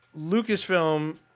Lucasfilm